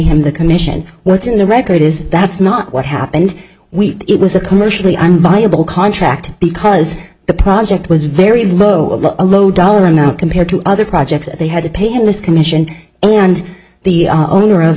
him the commission what's in the record is that's not what happened we it was a commercially i'm viable contract because the project was very low a low dollar amount compared to other projects they had to pay in this commission and the owner of